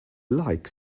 like